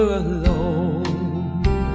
alone